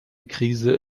krise